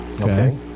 Okay